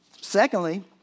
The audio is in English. Secondly